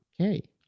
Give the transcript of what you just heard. Okay